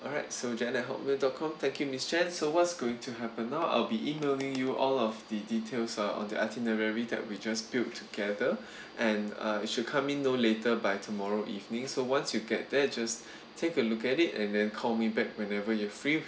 alright so jan at Hotmail dot com thank you miss chan so what's going to happen now I will be emailing you all of the details uh on the itinerary that we just built together and uh it should come in no later by tomorrow evening so once you get that just take a look at it and then call me back whenever you're free